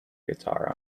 guitar